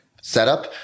setup